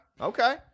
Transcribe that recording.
Okay